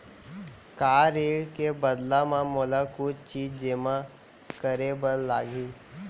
का ऋण के बदला म मोला कुछ चीज जेमा करे बर लागही?